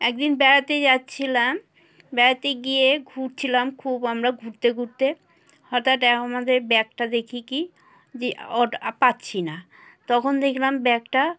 একদিন বেড়াতে যাচ্ছিলাম বেড়াতে গিয়ে ঘুরছিলাম খুব আমরা ঘুরতে ঘুরতে হঠাৎ আমাদের ব্যাগটা দেখি কি যে ওটা পারছি না তখন দেখলাম ব্যাগটা